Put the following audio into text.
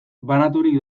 banaturik